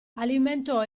alimentò